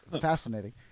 fascinating